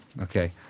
Okay